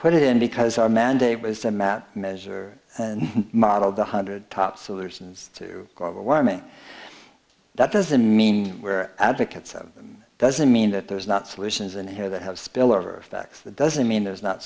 put it in because our mandate was to map measure and modeled one hundred top solutions to global warming that doesn't mean we're advocates of doesn't mean that there's not solutions and here that have spillover effects that doesn't mean there's not